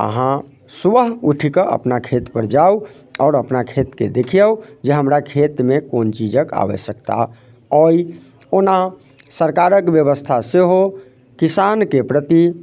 आहाँ सुबह उठि कऽ अपना खेतपर जाउ आओर अपना खेतके देखियौ जे हमरा खेतमे कोन चीजक आवश्यकता अइ ओना सरकारक व्यवस्था सेहो किसानके प्रति